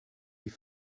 die